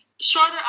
shorter